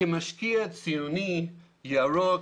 כמשקיע ציוני ירוק,